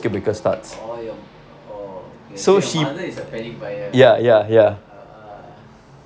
oh your m~ oh so your mother is a panic buyer a'ah